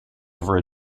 over